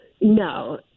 No